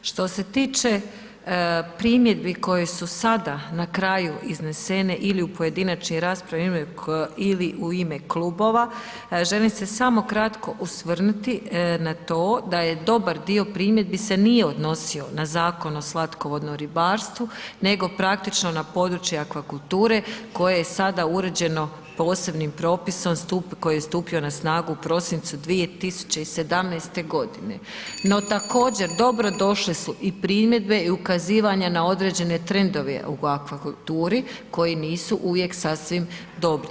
Što se tiče primjedbi koje su sada na kraju iznesene ili u pojedinačnoj raspravi ili u ime klubova, želim se samo kratko osvrnuti na to da je dobar dio primjedbi se nije odnosi na Zakon o slatkovodnom ribarstvu nego praktično na područje akvakulture koje je sada uređeno posebnim propisom koji je stupio na snagu u prosincu 2017. g., no također dobrodošle su i primjedbe i ukazivanja na određene trendove u akvakulturi koji nisu uvijek sasvim dobri.